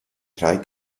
drei